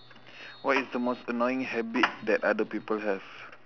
what is the most annoying habit that other people have